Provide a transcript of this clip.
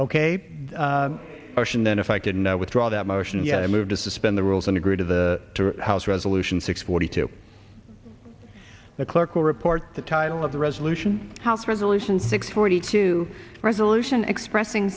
ocean then if i can withdraw that motion yet i move to suspend the rules and agree to the house resolution six forty two the clerk will report the title of the resolution house resolution six forty two resolution expressing